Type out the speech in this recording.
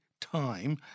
time